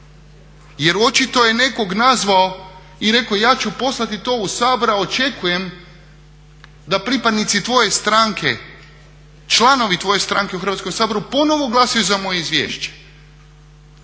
Jer očito je nekog nazvao i rekao ja ću poslati to u Sabor a očekujem da pripadnici tvoje stranke, članovi tvoj stranke u Hrvatskom saboru ponovno glasuju za moje izvješće.